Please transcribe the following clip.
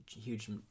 huge